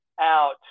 out